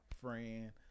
friend